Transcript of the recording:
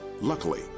Luckily